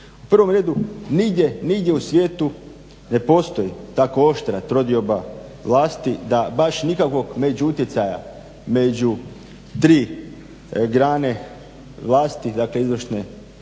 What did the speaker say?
U prvom redu nigdje u svijetu ne postoji tako oštra trodioba vlasti da baš nikakvog međuutjecaja među tri grane vlasti, dakle izvršne,